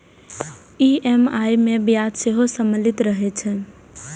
EMI मे ब्याज सेहो सम्मिलित रहै छै